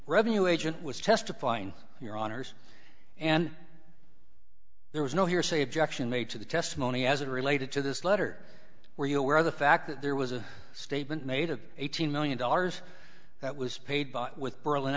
revenue agent was testifying your honour's and there was no hearsay objection made to the testimony as it related to this letter were you aware of the fact that there was a statement made of eighteen million dollars that was paid by with berlin